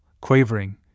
quavering